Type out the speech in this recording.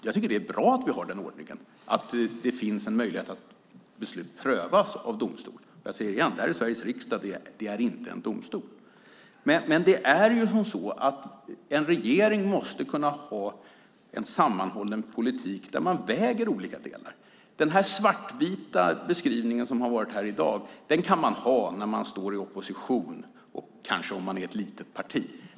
Jag tycker att det är bra att vi har den ordningen, att det finns en möjlighet att beslut prövas av domstolen. Jag säger igen, det här är Sveriges riksdag, det är inte en domstol. Ändå är det ju som så att en regering måste kunna ha en sammanhållen politik där man väger olika delar. Den svartvita beskrivning som har gjorts här i dag kan man ha när man är i opposition och kanske om man är ett litet parti.